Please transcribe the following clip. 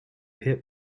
hit